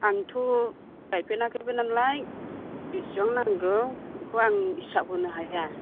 आंथ' गायफेराखैबो नालाय बेसेबां नांगौ बेखौ आं हिसाब होनो हाया